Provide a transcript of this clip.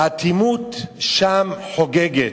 האטימות שם חוגגת.